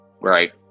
right